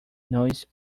noise